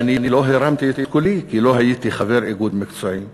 ואני לא הרמתי את קולי כי לא הייתי חבר איגוד מקצועי.